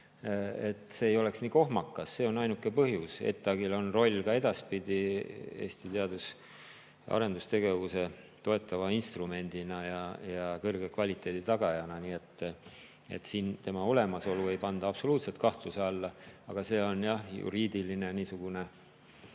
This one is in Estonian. see ei oleks nii kohmakas, see on ainuke põhjus. ETAG-il on ka edaspidi Eesti teadus- ja arendustegevuse toetava instrumendina ja kõrge kvaliteedi tagajana suur roll. Siin tema olemasolu ei panda absoluutselt kahtluse alla. See on niisugune